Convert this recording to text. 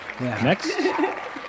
Next